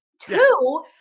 two